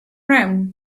around